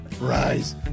rise